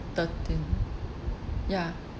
thirteen ya